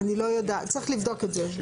צריך לבדוק את זה.